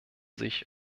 sich